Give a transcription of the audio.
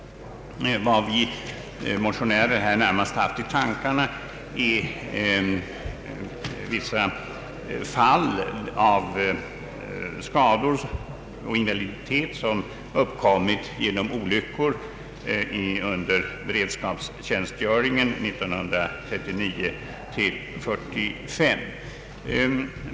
Vad vi motionärer här närmast haft i tankarna är vissa fall av skador och invaliditet som uppkommit genom olyckor under beredskapstjänstgöringen åren 1939—1945.